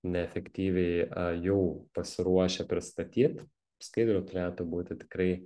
neefektyviai jau pasiruošę pristatyt skaidrių turėtų būti tikrai